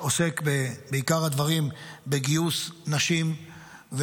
עוסק בעיקר הדברים בגיוס נשים,